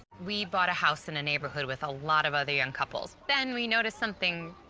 we bought a house in a neighborhood with a lot of other young couples. then we noticed something.